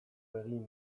egin